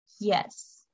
yes